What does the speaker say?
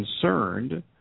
concerned